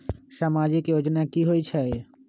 समाजिक योजना की होई छई?